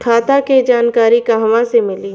खाता के जानकारी कहवा से मिली?